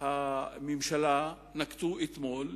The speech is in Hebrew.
הממשלה נקטו אתמול,